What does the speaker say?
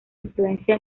influencia